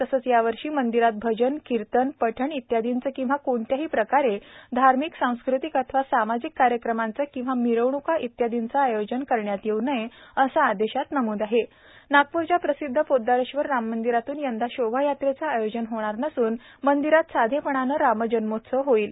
तसेच यावर्षी मंदिरात भजन किर्तन पठण इत्यादीचे किंवा कोणत्याही प्रकारे धार्मिक सांस्कृतिक अथवा सामाजिक कार्यक्रमांचे किंवा मिरवण्का इत्यादींचे आयोजन करण्यात येऊ नये असे आदेशात नमूद आहे नागप्रच्या प्रसिद्ध पोद्दारेश्वर राम मंदिरातून यंदा शोभायात्रेचे आयोजन होणार नसून मंदिरात साधेपणाने रामजन्मोत्सव होईल